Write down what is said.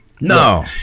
No